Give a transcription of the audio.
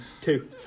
two